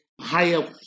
higher